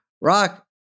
Rock